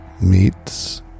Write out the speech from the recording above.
Meets